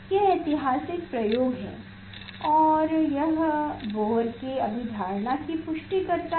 यह ऐतिहासिक प्रयोग है और यह बोह्रर के अभिधारणा की पुष्टि करता है